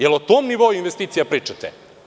Da li o tome nivou investicija pričate?